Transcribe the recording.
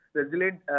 resilient